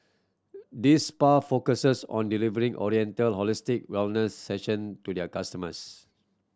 this spa focuses on delivering oriental holistic wellness session to their customers